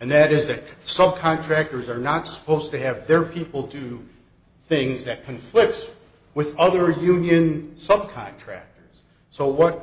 and that is it so contractors are not supposed to have their people do things that conflicts with other union sub contractors so what